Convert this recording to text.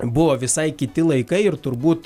buvo visai kiti laikai ir turbūt